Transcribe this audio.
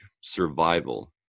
survival